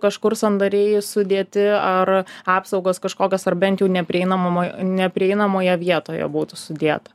kažkur sandariai sudėti ar apsaugos kažkokios ar bent jų neprieinamumo neprieinamoje vietoje būtų sudėta